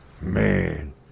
Man